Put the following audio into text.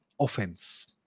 offense